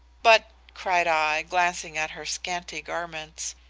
but, cried i, glancing at her scanty garments,